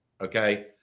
okay